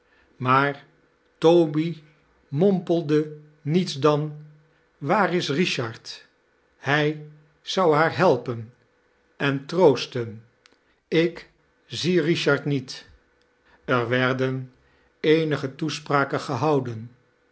maar toby mompelde niets dan waar is richard hij zou haar helpen en troosten ik zie richard niet i er werden eenige toespraken gehouden